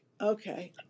Okay